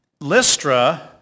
Lystra